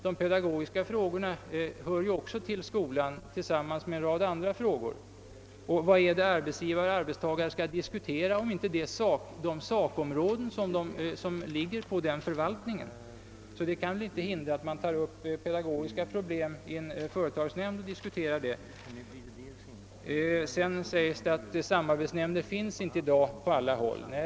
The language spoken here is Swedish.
De pedagogiska frågorna hör ju också till skolan tillsammans med en rad andra frågor. Vad är det arbetsgivare och arbetstagare skall diskutera om inte det sakområde som ligger under ifrågavarande förvaltning? Det kan väl inte hindra att man tar upp pedagogiska problem i en företagsnämnd och diskuterar dem. Vidare sägs att samarbetsnämnder i dag inte finns på alla håll.